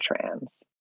trans